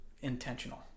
intentional